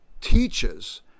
teaches